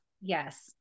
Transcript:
Yes